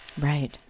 Right